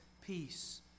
peace